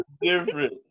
Different